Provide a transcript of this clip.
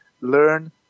learn